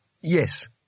Yes